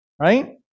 right